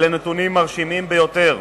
אלה נתונים מרשימים ביותר.